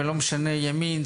וזה לא משנה אם ימין,